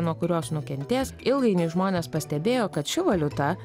nuo kurios nukentės ilgainiui žmonės pastebėjo kad ši valiuta